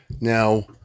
Now